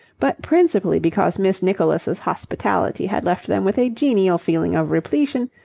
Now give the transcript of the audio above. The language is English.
but principally because miss nicholas' hospitality had left them with a genial feeling of repletion,